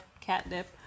catnip